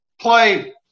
play